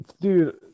Dude